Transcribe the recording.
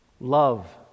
love